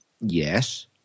yes